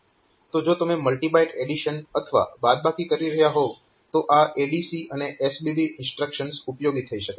તો જો તમે મલ્ટી બાઈટ એડીશન અથવા બાદબાકી કહી રહ્યા હોવ તો આ ADC અને SBB ઇન્સ્ટ્રક્શન્સ ઉપયોગી થઈ શકે છે